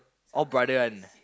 all brother one